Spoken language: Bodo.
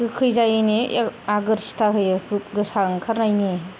गोखै जायैनि आगोरसिथा होयो गोसा ओंखारनायनि